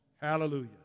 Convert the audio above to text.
Hallelujah